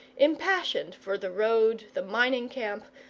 impassioned for the road, the mining camp,